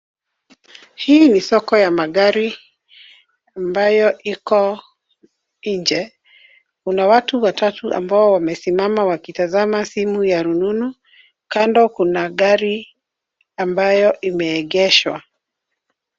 Hii ni soko ya magari ambayo iko nje. Kuna watu watatu ambao wamesimama wakitazama simu ya rununu. Kando kuna gari ambayo imeegeshwa.